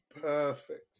perfect